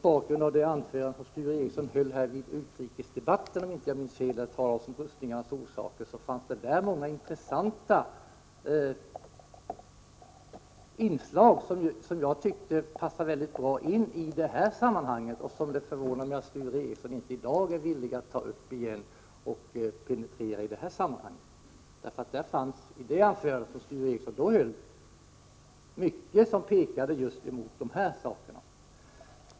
I det anförande som Sture Ericson höll under utrikesdebatten, där han talade om rustningarnas orsaker, fanns det många intressanta inslag som jag tycker passar mycket bra in i detta sammanhang. Det förvånar mig att Sture Ericson i dag inte är villig att ta upp dem igen och penetrera dem. I det anförande som Sture Ericson då höll fanns mycket som pekade just mot de här tankegångarna.